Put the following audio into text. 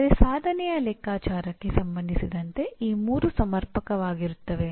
ಆದರೆ ಸಾಧನೆಯ ಲೆಕ್ಕಾಚಾರಕ್ಕೆ ಸಂಬಂಧಿಸಿದಂತೆ ಈ ಮೂರು ಸಮರ್ಪಕವಾಗಿರುತ್ತವೆ